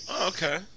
Okay